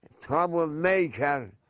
troublemaker